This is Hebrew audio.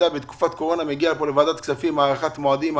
בתקופת קורונה מגיעות לוועדת כספים בקשות להארכת מועדים.